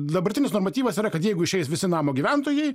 dabartinis normatyvas yra kad jeigu išeis visi namo gyventojai